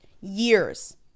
Years